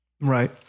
Right